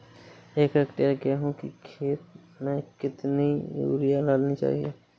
एक हेक्टेयर गेहूँ की खेत में कितनी यूरिया डालनी चाहिए?